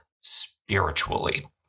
spiritually